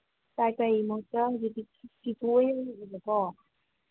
ꯇꯥꯏ ꯇꯥꯏꯒꯤ ꯃꯍꯨꯠꯇ ꯍꯧꯖꯤꯛꯇꯤ ꯑꯣꯏꯑꯕꯀꯣ